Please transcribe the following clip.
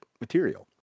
material